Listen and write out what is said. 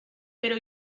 pero